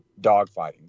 dogfighting